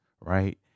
Right